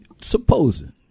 Supposing